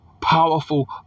powerful